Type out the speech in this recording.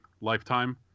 lifetime